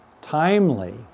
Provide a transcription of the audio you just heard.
Timely